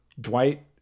Dwight